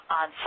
on